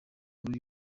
nkuru